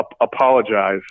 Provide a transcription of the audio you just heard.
apologize